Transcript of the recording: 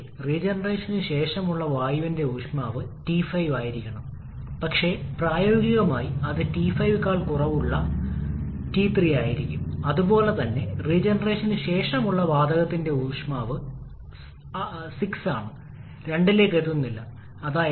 ഇവിടെ നിങ്ങൾ ഓർമ്മിക്കേണ്ടതാണ് ഇവിടെ ഈ സിപിയും വ്യത്യസ്തമാണ് കാരണം നമുക്ക് സിപി ബാറിൽ ഇടാം സിപി ബാർ ഇതാണ് അതേസമയം സിപി ഈ പ്രത്യേക കാര്യമാണ്